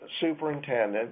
superintendent